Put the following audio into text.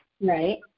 Right